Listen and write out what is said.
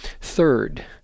Third